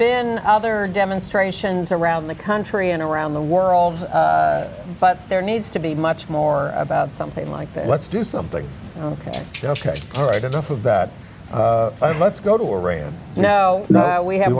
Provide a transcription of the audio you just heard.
been other demonstrations around the country and around the world but there needs to be much more about something like that let's do something ok all right enough of that let's go to iran now now we have